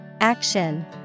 ACTION